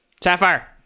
Sapphire